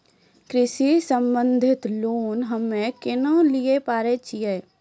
कृषि संबंधित लोन हम्मय केना लिये पारे छियै?